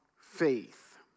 faith